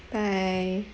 bye